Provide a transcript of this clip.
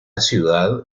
ciudad